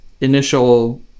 initial